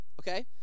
okay